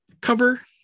cover